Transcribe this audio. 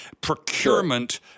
procurement